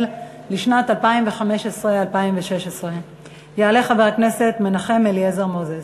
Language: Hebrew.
לשנים 2015 2016. יעלה חבר הכנסת מנחם אליעזר מוזס.